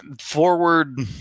forward